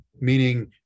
meaning